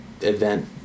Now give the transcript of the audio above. event